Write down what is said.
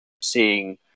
seeing